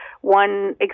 one